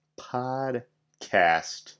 podcast